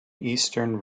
eastern